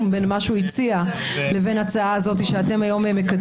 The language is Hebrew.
בין מה שהוא הציע לבין ההצעה הזאת שאתם מקדמים היום.